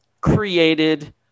created